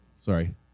sorry